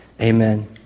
Amen